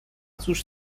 cóż